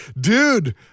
dude